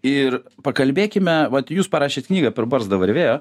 ir pakalbėkime vat jūs parašėt knygą per barzdą varvėjo